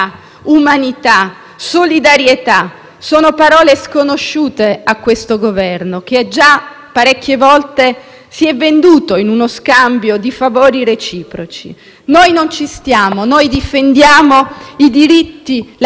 parecchie volte si è venduto in uno scambio di favori reciproci. Noi non ci stiamo. Noi difendiamo i diritti e la libertà individuale, difendiamo ogni essere umano perché questo è uno Stato di diritto.